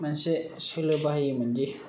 मोनसे सोलो बाहायोमोन दि